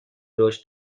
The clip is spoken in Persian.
رشد